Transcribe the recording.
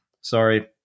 Sorry